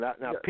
Now